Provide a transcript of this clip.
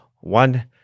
one